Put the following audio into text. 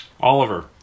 Oliver